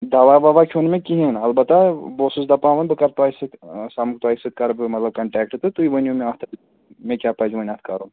دَوا وَوا کھیوٚن مےٚ کِہیٖنٛۍ البتہ بہٕ اوسُس دَپان وۅنۍ بہٕ کَرٕ تۄہہِ سۭتۍ سَمکھٕ تۄہہِ سۭتۍ کَرٕ بہٕ مطلب کَنٹیکٹہٕ تہٕ تُہۍ ؤنِو مےٚ اَتھ مےٚ کیٛاہ پَزِ وۅنۍ اَتھ کَرُن